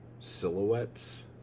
silhouettes